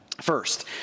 First